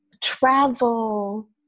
travel